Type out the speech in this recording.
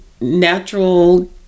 natural